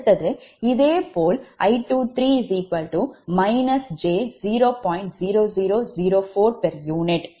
அடுத்தது இதேபோல் I23V2f V3fj0